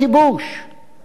קבעו משפטית